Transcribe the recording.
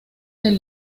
del